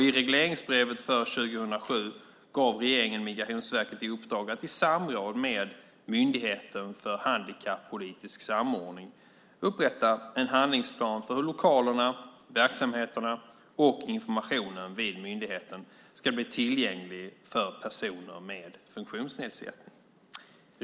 I regleringsbrevet för 2007 gav regeringen Migrationsverket i uppdrag att i samråd med Myndigheten för handikappolitisk samordning upprätta en handlingsplan för hur lokalerna, verksamheterna och informationen vid myndigheten ska bli tillgänglig för personer med funktionsnedsättning.